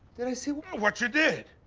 did i see what? what you did?